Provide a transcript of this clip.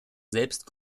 selbst